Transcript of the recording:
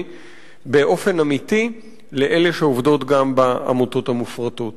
באופן אמיתי לאלה שעובדות גם בעמותות המופרטות.